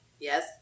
yes